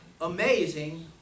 amazing